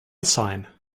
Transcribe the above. sign